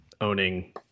owning